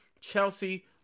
Chelsea